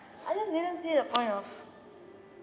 I just didn't see the point of